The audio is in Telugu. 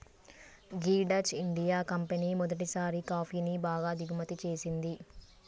గీ డచ్ ఇండియా కంపెనీ మొదటిసారి కాఫీని బాగా దిగుమతి చేసింది